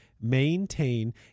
maintain